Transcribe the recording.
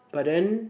but then